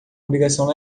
obrigação